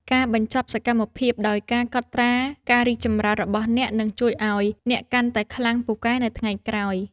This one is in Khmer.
ការបញ្ចប់សកម្មភាពដោយការកត់ត្រាការរីកចម្រើនរបស់អ្នក នឹងជួយឱ្យអ្នកកាន់តែខ្លាំងពូកែនៅថ្ងៃក្រោយ។